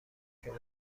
شما